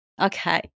Okay